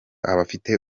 abafite